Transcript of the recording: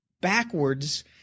backwards